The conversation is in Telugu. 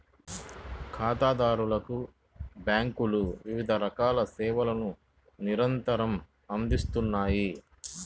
ఖాతాదారులకు బ్యేంకులు వివిధ రకాల సేవలను నిరంతరం అందిత్తన్నాయి